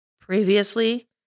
previously